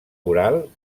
oral